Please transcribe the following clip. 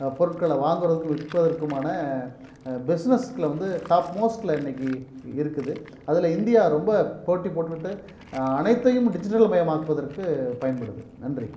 பொருட்களை வாங்கிறதுக்கும் விற்பதற்குமான பிஸ்னஸ்களை வந்து டாப் மோஸ்ட்டில் இன்றைக்கு இருக்குது அதில் இந்தியா ரொம்ப போட்டி போட்டுக்கிட்டு அனைத்தையும் டிஜிட்டல் மயமாக்குவதற்கு பயன்படுது நன்றி